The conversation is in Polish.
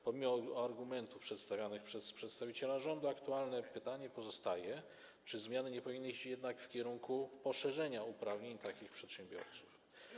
Pomimo argumentów przedstawianych przez przedstawiciela rządu aktualne pozostaje pytanie, czy zmiany nie powinny iść jednak w kierunku poszerzenia uprawnień takich przedsiębiorców.